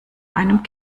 einem